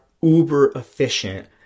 uber-efficient